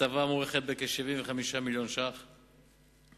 ההטבה מוערכת בכ-75 מיליון שקל,